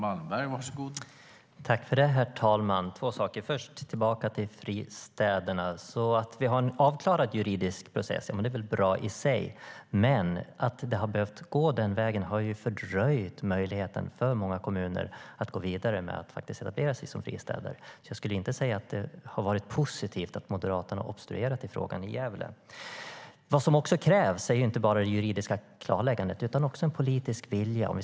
Herr talman! Jag vill ta upp två saker. Först vill jag gå tillbaka till fristäderna. Att vi har en avklarad juridisk process är väl bra i sig, men att det har behövt gå den vägen har fördröjt möjligheten för många kommuner att gå vidare med att etablera sig som fristäder. Jag skulle inte säga att det har varit positivt att Moderaterna har obstruerat i frågan i Gävle. Om vi ska få fler fristäder krävs inte bara ett juridiskt klarläggande utan också en politisk vilja.